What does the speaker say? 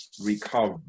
recover